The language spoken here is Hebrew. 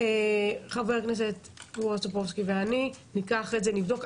חבר הכנסת בועז טופורובסקי ניקח את זה ונבדוק.